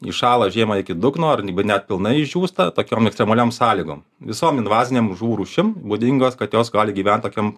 įšąla žiemą iki dugno ar net pilnai išdžiūsta tokiom ekstremaliom sąlygom visom invazinėm žuvų rūšim būdingas kad jos gali gyvent tokiam